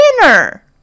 dinner